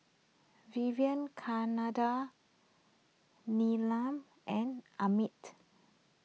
Vivekananda Neelam and Amit